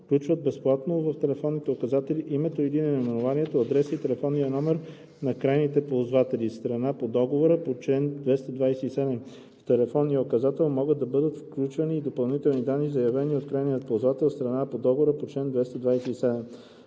включват безплатно в телефонните указатели името или наименованието, адреса и телефонния номер на крайните ползватели – страна по договор по чл. 227. В телефонния указател могат да бъдат включени и допълнителни данни, заявени от крайния ползвател – страна по договор по чл. 227.